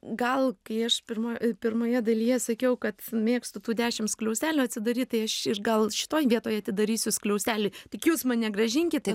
gal kai aš pirmoj pirmoje dalyje sakiau kad mėgstu tų dešim skliaustelių atsidaryt tai aš ir gal šitoj vietoj atidarysiu skliaustelį tik jūs mane grąžinkite